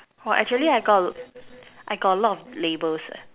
!wah! actually I got I got a lot of labels eh